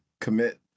commit